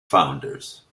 founders